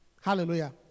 Hallelujah